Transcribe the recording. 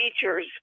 features